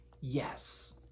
yes